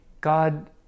God